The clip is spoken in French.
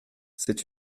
c’est